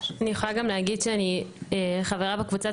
אני יכולה גם להגיד שאני חברה בקבוצת